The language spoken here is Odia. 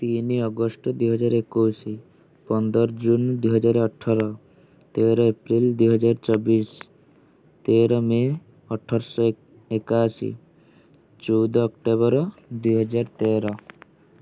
ତିନି ଅଗଷ୍ଟ ଦୁଇହଜାର ଏକୋଇଶି ପନ୍ଦର ଜୁନ୍ ଦୁଇ ହଜାର ଅଠର ତେର ଏପ୍ରିଲ୍ ଦୁଇହଜାର ଚବିଶି ତେର ମେ ଅଠରଶହ ଏକାଅଶୀ ଚଉଦ ଅକ୍ଟୋବର ଦୁଇ ହଜାର ତେର